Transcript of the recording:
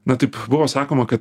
na taip buvo sakoma kad